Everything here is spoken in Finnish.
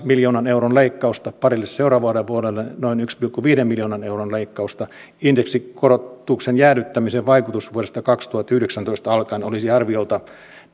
miljoonan euron leikkausta parille seuraavalle vuodelle noin yhden pilkku viiden miljoonan euron leikkausta indeksikorotuksen jäädyttämisen vaikutus vuodesta kaksituhattayhdeksäntoista alkaen olisi arviolta